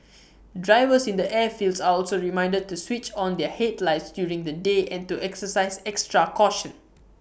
drivers in the airfields are also reminded to switch on their headlights during the day and to exercise extra caution